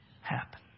happen